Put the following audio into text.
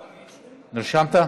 נרשמת?